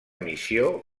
missió